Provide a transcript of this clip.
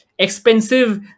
Expensive